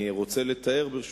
אני רוצה לתאר, ברשותך,